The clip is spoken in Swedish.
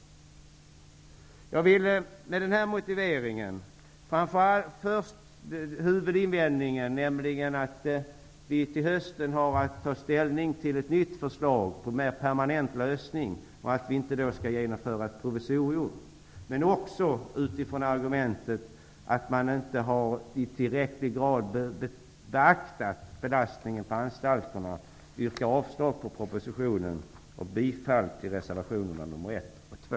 Jag vill med den här motiveringen, framför allt huvudinvändningen att vi till hösten har att ta ställning till ett nytt förslag om en mer permanent lösning och därför inte bör genomföra ett provisorium, men också argumentet att man inte i tillräcklig grad har beaktat belastningen på anstalterna, yrka avslag på propositionen och bifall till reservationerna nr 1 och 2.